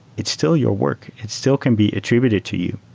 it's still your work. it still can be attributed to you.